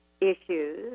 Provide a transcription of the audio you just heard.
issues